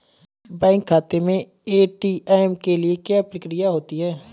Bank खाते में ATM के लिए क्या प्रक्रिया होती है?